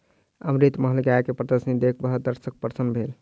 अमृतमहल गाय के प्रदर्शनी देख सभ दर्शक प्रसन्न भेल